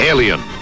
Alien